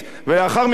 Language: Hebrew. ולאחר מכן,